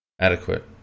adequate